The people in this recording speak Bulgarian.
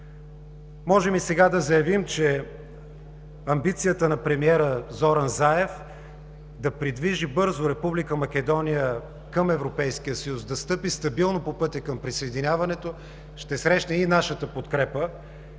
Можем и сега да заявим, че амбицията на премиера Зоран Заев да придвижи бързо Република Македония към Европейския съюз, да стъпи стабилно по пътя към присъединяването ще срещне и нашата подкрепа.